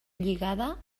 lligada